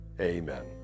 Amen